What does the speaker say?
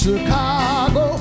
Chicago